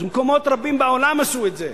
במקומות רבים בעולם עשו את זה.